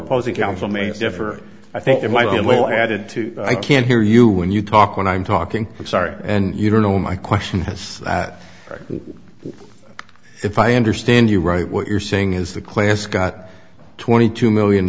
opposing counsel may differ i think it might be a little added to i can't hear you when you talk when i'm talking sorry and you don't know my question has been if i understand you right what you're saying is the class got twenty two million